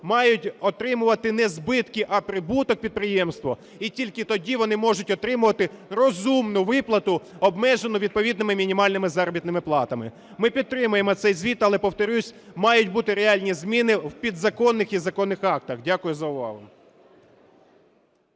Має отримувати не збитки, а прибуток підприємство, і тільки тоді вони можуть отримувати розумну виплату, обмежену відповідними мінімальними заробітними платами. Ми підтримуємо цей звіт, але, повторюся, мають бути реальні зміни в підзаконних і законних актах. Дякую за увагу.